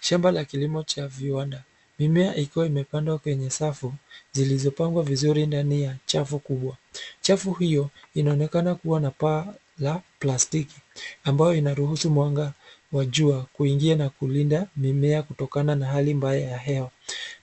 Shamba la kilimo cha viwanda. Mimea ikiwa imepandwa kwenye safu zilizopangwa vizuri ndani ya chafu kubwa. Chafu hiyo inaonekana kuwa na paa la plastiki ambayo inaruhusu mwanga wa jua kuingia na kulinda mimea kutokana na hali mbaya ya hewa.